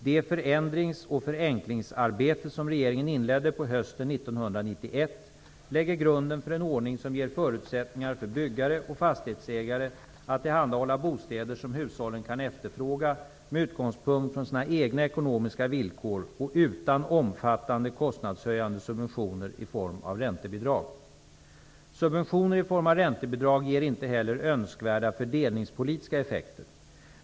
Det förändrings och förenklingsarbete som regeringen inledde på hösten 1991 lägger grunden för en ordning som ger förutsättningar för byggare och fastighetsägare att tillhandahålla bostäder som hushållen kan efterfråga med utgångspunkt från sina egna ekonomiska villkor och utan omfattande kostnadshöjande subventioner i form av räntebidrag. Subventioner i form av räntebidrag ger inte heller önskvärda fördelningspolitiska effekter.